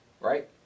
right